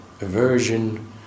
aversion